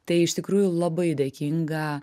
tai iš tikrųjų labai dėkinga